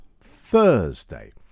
Thursday